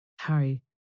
Harry